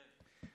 כן.